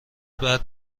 بعد